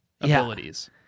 abilities